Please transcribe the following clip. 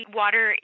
water